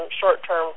short-term